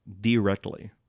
Directly